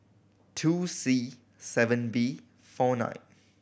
two C seven B four nine